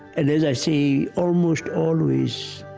and as i say, almost always